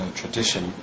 tradition